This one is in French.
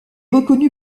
reconnu